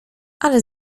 ale